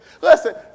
Listen